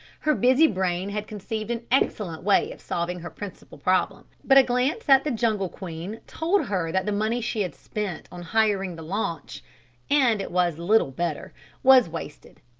her busy brain had conceived an excellent way of solving her principal problem, but a glance at the jungle queen told her that the money she had spent on hiring the launch and it was little better was wasted.